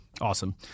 Awesome